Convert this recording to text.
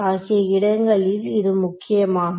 ஆகிய இடங்களில் இது முக்கியமாகும்